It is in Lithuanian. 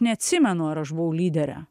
neatsimenu ar aš buvau lydere